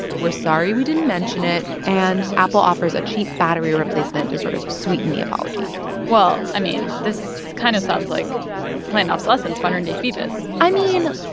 we're sorry we didn't mention it. and apple offers a cheap battery replacement to sort of sweeten the apology well, i mean, this kind of sounds like planned obsolescence modern-day phoebus i mean,